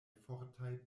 fortaj